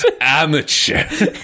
amateur